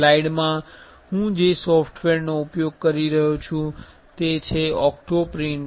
સ્લાઇડમા હું જે સૉફ્ટવેરનો ઉપયોગ કરી રહ્યો છું તે છે ઓક્ટોપ્રિન્ટ છે